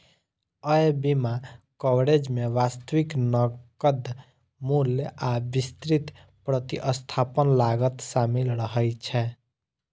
अय बीमा कवरेज मे वास्तविक नकद मूल्य आ विस्तृत प्रतिस्थापन लागत शामिल रहै छै